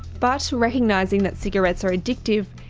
but recognising that cigarettes are addictive,